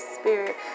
Spirit